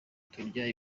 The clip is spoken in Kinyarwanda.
turya